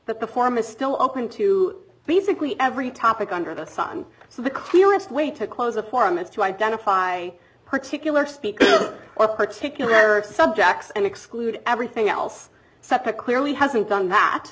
that the form is still open to basically every topic under the sun so the clearest way to close a quorum is to identify particular speaker or particular subjects and exclude everything else such a clearly hasn't done that